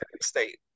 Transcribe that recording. state